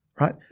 right